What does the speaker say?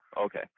Okay